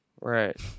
Right